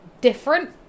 different